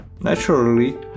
naturally